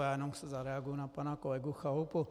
Já jenom zareaguji na pana kolegu Chalupu.